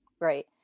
Right